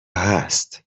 هست